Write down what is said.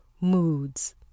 Moods